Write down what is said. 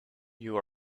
you